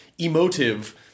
emotive